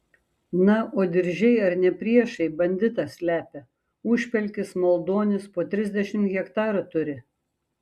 na o diržiai ar ne priešai banditą slepia užpelkis maldonis po trisdešimt hektarų turi